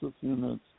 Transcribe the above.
units